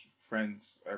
friends